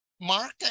Mark